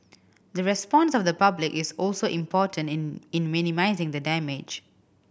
the response of the public is also important in in minimising the damage